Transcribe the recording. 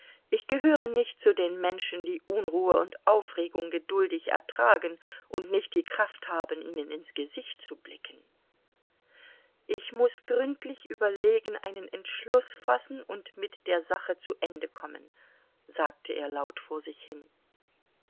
ich gehöre nicht zu den menschen die unruhe und aufregung geduldig ertragen und nicht die kraft haben ihnen ins gesicht zu blicken ich muß gründlich überlegen einen entschluß fassen und mit der sache zu ende kommen sagte er laut vor sich hin